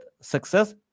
success